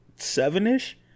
seven-ish